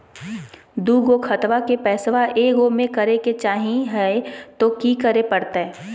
दू गो खतवा के पैसवा ए गो मे करे चाही हय तो कि करे परते?